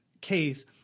case